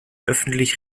öffentlich